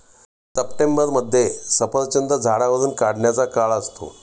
सप्टेंबरमध्ये सफरचंद झाडावरुन काढायचा काळ असतो